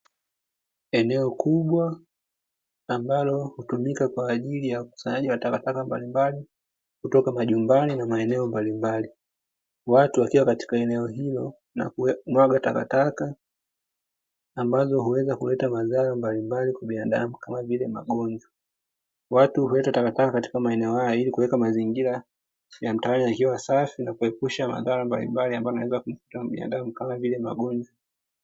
Eneo kubwa ambalo hutumika kwa ajili ya ukusanyaji wa takataka mbalimbali kutoka majumbani na maeneo mbalimbali, watu wakiwa katika eneo hilo na kumwaga takataka ambazo huweza kuleta madhara mbalimbali kwa binadamu kama vile; magonywa. Watu huleta takataka katika maeneo hayo ili kuweka mazingira ya mtaani yakiwa safi na kuepusha madhara mbalimbali ambayo yanaweza kumkuta binadamu kama vile; magonywa.